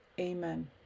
amen